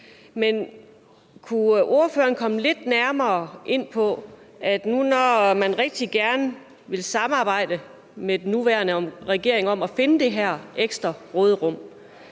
Men kunne ordføreren komme lidt nærmere ind på, når nu man rigtig gerne vil samarbejde med den nuværende regering om at finde det her ekstra råderum,